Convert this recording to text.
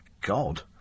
God